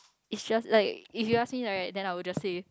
is just like if you ask me right then I will just say